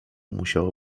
musiało